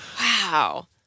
wow